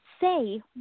say